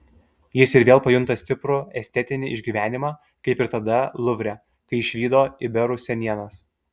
jis ir vėl pajunta stiprų estetinį išgyvenimą kaip ir tada luvre kai išvydo iberų senienas